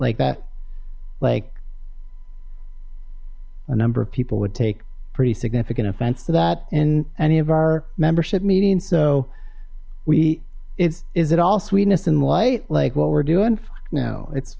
like that like a number of people would take pretty significant offense to that and any of our membership meetings so we it is it all sweetness and light like what we're doing no it's